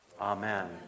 Amen